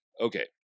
Okay